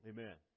Amen